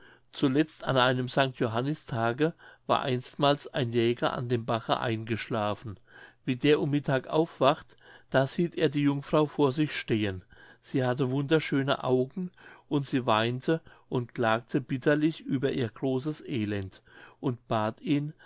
zuletzt an einem st johannistage war einstmals ein jäger an dem bache eingeschlafen wie der um mittag aufwacht da sieht er die jungfrau vor sich stehen sie hatte wunderschöne augen und sie weinte und klagte bitterlich über ihr großes elend und bat ihn